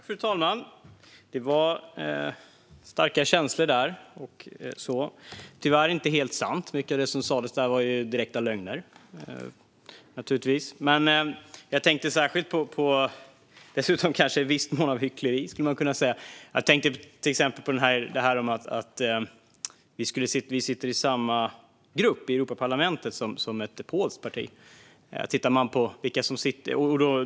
Fru talman! Det var starka känslor, men det var tyvärr inte helt sant. Mycket av det som sas var naturligtvis direkta lögner. Dessutom var det i viss mån hyckleri. Jag tänker till exempel på att SD sitter i samma grupp i Europaparlamentet som ett polskt parti.